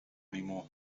anymore